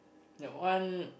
that one